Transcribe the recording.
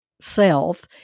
self